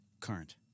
Current